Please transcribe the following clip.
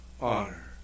honor